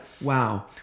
wow